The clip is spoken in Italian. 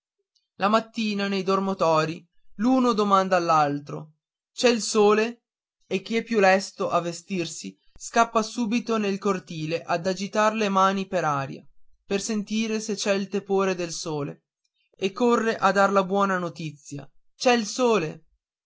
la mattina nei dormitori l'uno domanda all'altro c'è il sole e chi è più lesto a vestirsi scappa subito nel cortile ad agitar le mani per aria per sentire se c'è il tepore del sole e corre a dar la buona notizia c'è il sole